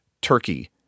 turkey